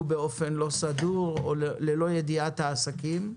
באופן לא סדור או ללא ידיעת העסקים.